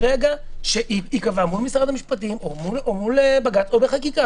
ברגע שייקבע מול משרד המשפטים או מול בג"ץ או בחקיקה,